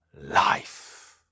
life